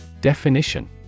Definition